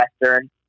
Western